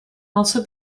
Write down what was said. also